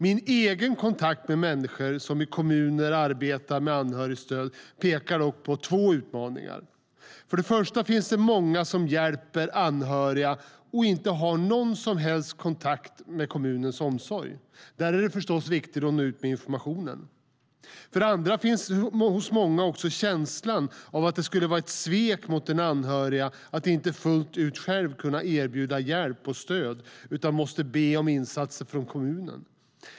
Min egen kontakt med människor som i kommuner arbetar med anhörigstöd pekar på två utmaningar. För det första finns det många som hjälper anhöriga och inte har någon som helst kontakt med kommunens omsorg. Där är det viktigt att nå ut med information. För det andra finns hos många känslan av att det skulle vara ett svek mot den anhöriga att inte fullt ut kunna erbjuda hjälp och stöd utan måste be om insatser från kommunen.